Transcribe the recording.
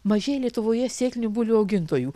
mažėja lietuvoje sėklinių bulvių augintojų